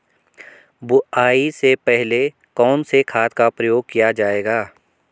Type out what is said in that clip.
बुआई से पहले कौन से खाद का प्रयोग किया जायेगा?